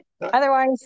otherwise